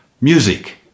Music